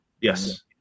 yes